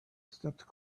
stepped